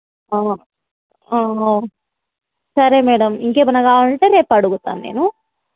సరే మేడం ఇంకేమైనా కావాలంటే రేపు అడుగుతాను నేను